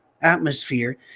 atmosphere